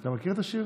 אתה מכיר את השיר